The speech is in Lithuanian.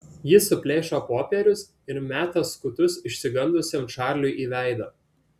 ji suplėšo popierius ir meta skutus išsigandusiam čarliui į veidą